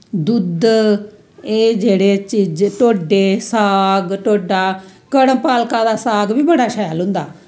दुध्द एह् जेह्ड़े ढोडे साग ढोडा कड़म पालका दा साग बी बड़ा शैल होंदा